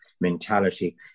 mentality